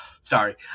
Sorry